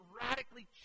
radically